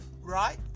right